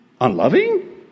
Unloving